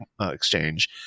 exchange